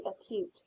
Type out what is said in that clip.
acute